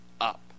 up